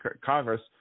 Congress